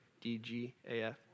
D-G-A-F